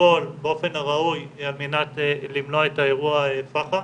לפעול באופן הראוי על מנת למנוע את אירוע פח"ע,